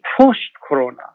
post-Corona